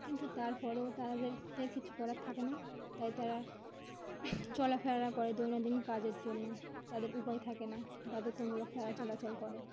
কিন্তু তার পরেও তাদের কিছু করার থাকে না তাই তারা চলাফেরা করে দৈনন্দিন কাজের জন্য তাদের উপায় থাকে না বাধ্যতামূলক তারা চলাচল করে